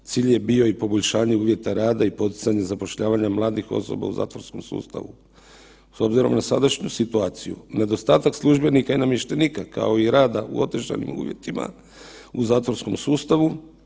Cilj je bio i poboljšanje uvjeta rada i poticanje zapošljavanja mladih osoba u zatvorskom sustavu s obzirom na današnju situaciju nedostatak službenika i namještenika, kao i rada u otežanim uvjetima u zatvorskom sustavu.